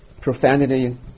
profanity